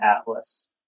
Atlas